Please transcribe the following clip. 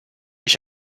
ich